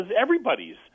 everybody's